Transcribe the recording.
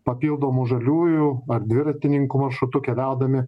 papildomu žaliųjų ar dviratininkų maršrutu keliaudami